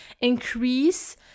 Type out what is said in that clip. increase